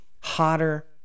hotter